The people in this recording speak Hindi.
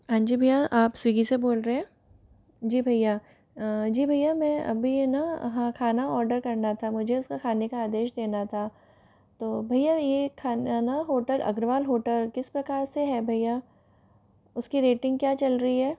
हाँ जी भैया आप स्विग्गी से बोल रहे हैं जी भैया जी भैया मैं अभी है न हाँ खाना ऑर्डर करना था मुझे उसका खाने का आदेश देना था तो भैया यह खाना न होटल अग्रवाल होटल किस प्रकार से है भैया उसकी रेटिंग क्या चल रही है